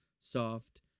soft